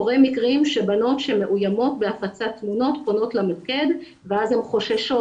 קורים מקרים שבנות שמאוימות בהפצת תמונות פונות למוקד ואז הן חוששות,